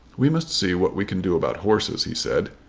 we must see what we can do about horses, he said.